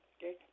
okay